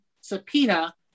subpoena